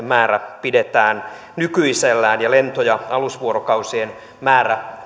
määrä pidetään nykyisellään ja myös lento ja alusvuorokausien määrä